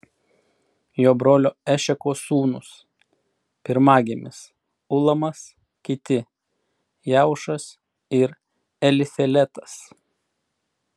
jo brolio ešeko sūnūs pirmagimis ulamas kiti jeušas ir elifeletas